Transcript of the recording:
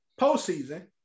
postseason